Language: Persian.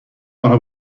آنها